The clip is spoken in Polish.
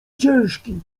ciężki